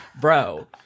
Bro